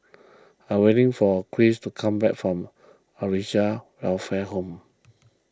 I am waiting for Cris to come back from Acacia Welfare Home